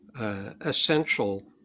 essential